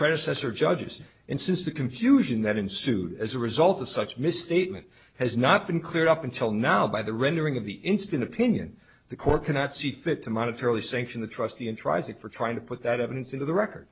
predecessor judges and since the confusion that ensued as a result of such misstatement has not been cleared up until now by the rendering of the instant opinion the court cannot see fit to monetary sanction the trustee in tries it for trying to put that evidence into the record